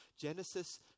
Genesis